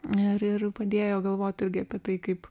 ir ir padėjo galvot irgi apie tai kaip